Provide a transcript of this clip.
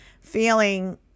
feeling